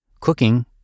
cooking